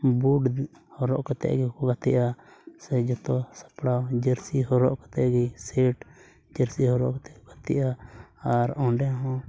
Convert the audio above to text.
ᱵᱩᱴ ᱦᱚᱨᱚᱜ ᱠᱟᱛᱮᱫ ᱜᱮᱠᱚ ᱜᱟᱛᱮᱜᱼᱟ ᱥᱮ ᱡᱚᱛᱚ ᱥᱟᱯᱲᱟᱣ ᱡᱟᱹᱨᱥᱤ ᱦᱚᱨᱚᱜ ᱠᱟᱛᱮᱫ ᱜᱮ ᱥᱮᱹᱴ ᱡᱟᱹᱨᱥᱤ ᱦᱚᱨᱚᱜ ᱠᱟᱛᱮᱫ ᱠᱚ ᱜᱟᱛᱮᱜᱼᱟ ᱟᱨ ᱚᱸᱰᱮ ᱦᱚᱸ